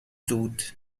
دود